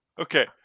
Okay